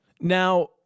Now-